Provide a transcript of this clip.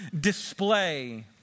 display